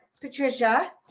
patricia